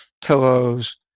pillows